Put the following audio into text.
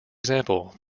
example